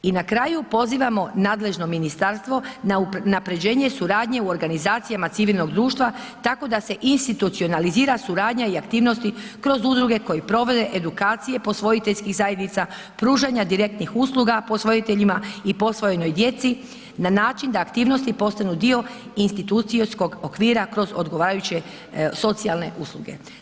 I na kraju, pozivamo nadležno ministarstvo na unaprjeđenje suradnje u organizacijama civilnog društva tako da se institucionalizira suradnja i aktivnosti kroz udruge koje provode edukacije posvojiteljskih zajednica, pružanja direktnih usluga posvojiteljima i posvojenoj djeci na način da aktivnosti postanu dio institucijskog okvira kroz odgovarajuće socijalne usluge.